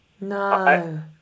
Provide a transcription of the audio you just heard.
no